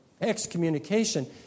excommunication